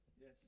Yes